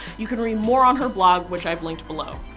you can read more on her blog, which i've linked below.